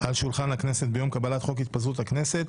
על שולחן הכנסת ביום קבלת חוק התפזרות הכנסת